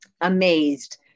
amazed